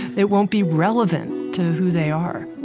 they won't be relevant to who they are